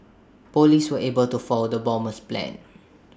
Police were able to foil the bomber's plans